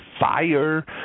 fire